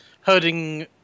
herding